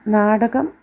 നാടകം